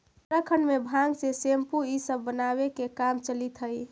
उत्तराखण्ड में भाँग से सेम्पू इ सब बनावे के काम चलित हई